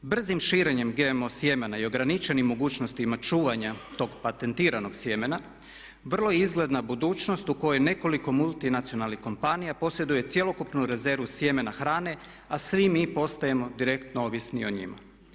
Brzim širenjem GMO sjemena i ograničenim mogućnostima čuvanja tog patentiranog sjemena vrlo je izgledna budućnost u kojoj nekoliko multinacionalnih kompanija posjeduje cjelokupnu rezervu sjemena hrane a svi mi postajemo direktno ovisni o njima.